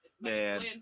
man